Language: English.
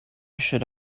should